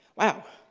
wow.